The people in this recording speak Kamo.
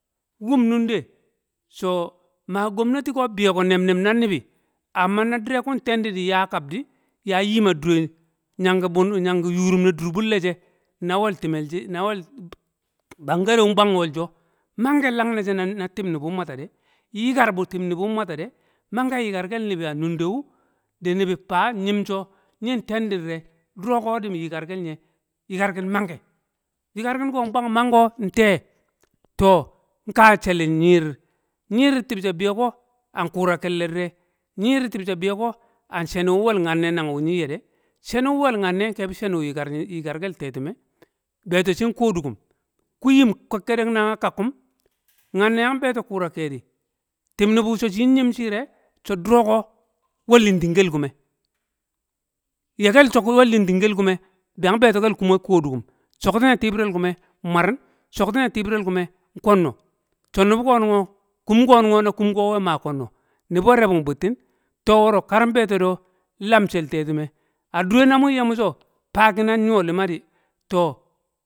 nwum nunde so maa gomnati ko biyo ko nem- nem na nibi amma na dire kur tendi din ya kab di ya nyim a dure nyangi buyangi yurum ne dur bulleshe na wel time shi na wel bangare nbwang nwol sho, lang ne she na tub nuhu wa ma ta de, nyikar bu tib nu bu nwmato de, mange yikan kel nibi a nunde wu di nibi faa nyim so nyi tendi dire duro ko din yikar kel nye. Yikar kin mange. yikar kin ko bwang mango nte to, nka shele nyidir. Nyidir tub she biyo ko an kuura kelle dire. Nyidir tib she biyo ko a nshe ni wu nwell nyanne nang wu nyin ye de- shenu nwel nyanne, kebi shenu yikar yikar kel tetume biyo to shin kodukum, ku yim kekkedek na kakkum nya ne yo biyo, to kura kedi, tib rabu so shin nyim shirr e, so duro konwi limyang kel kume. Ye kel so we kimting kel kume yan biyo to kodukum choktine tibirel kume wmarin, choktine tibirel kume nkonno, so nubu ko nung o, kum ko na kum ko we maa konno, nibi we rebung buttin. to, woro kar nbiyo to do, nlam shel tetime, a dure munye mu so faa kina nyo lima di,